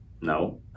no